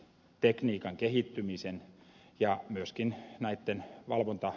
tekniikan kehittymisen ja myöskin maitten valvontaa